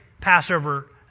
Passover